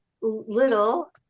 little